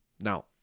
Now